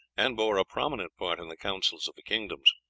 and bore a prominent part in the councils of the kingdoms.